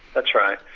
that's right,